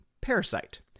Parasite